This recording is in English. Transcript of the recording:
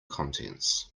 contents